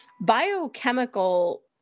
biochemical